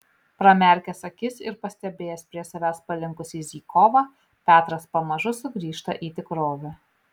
pramerkęs akis ir pastebėjęs prie savęs palinkusį zykovą petras pamažu sugrįžta į tikrovę